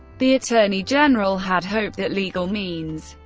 the attorney general had hoped that legal means,